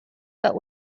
but